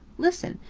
listen!